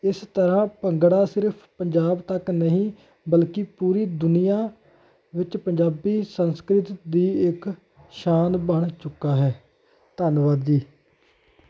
ਇਸ ਤਰ੍ਹਾਂ ਭੰਗੜਾ ਸਿਰਫ਼ ਪੰਜਾਬ ਤੱਕ ਨਹੀਂ ਬਲਕੀ ਪੂਰੀ ਦੁਨੀਆਂ ਵਿੱਚ ਪੰਜਾਬੀ ਸੰਸਕ੍ਰਿਤ ਦੀ ਇੱਕ ਸ਼ਾਨ ਬਣ ਚੁੱਕਾ ਹੈ ਧੰਨਵਾਦ ਜੀ